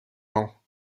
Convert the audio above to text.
lent